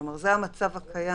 כלומר זה המצב הקיים